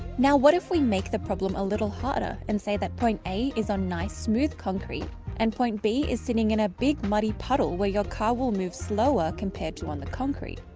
now, what if we make the problem a little harder and say that point a is on nice, smooth, concrete and point b is sitting in a big muddy puddle where your car will move slower compared to on the concrete.